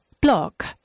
Block